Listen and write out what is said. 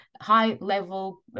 high-level